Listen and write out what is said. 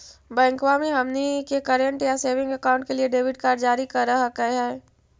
बैंकवा मे हमनी के करेंट या सेविंग अकाउंट के लिए डेबिट कार्ड जारी कर हकै है?